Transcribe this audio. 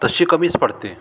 तशी कमीच पडते